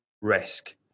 risk